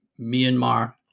Myanmar